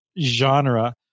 genre